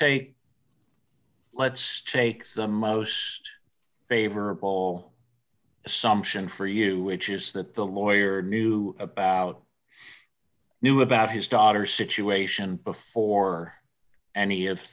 take let's take the most favorable assumption for you which is that the lawyer knew about knew about his daughter situation before any of